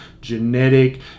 genetic